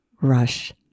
rush